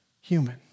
human